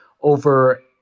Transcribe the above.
over